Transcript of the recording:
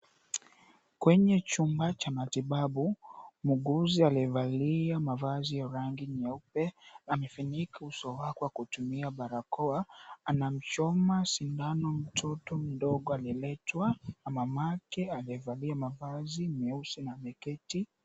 Kwenye chumba cha matibabu muuguzi aliyevalia mavazi la rangi nyeupe amefunika uso wake kwa barakoa anamchoma sindano mtoto aliyeletwa na mamake aliyevalia mavazi meusi na ameketi.